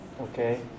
okay